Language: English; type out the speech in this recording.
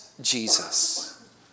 Jesus